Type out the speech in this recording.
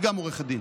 היא גם עורכת דין.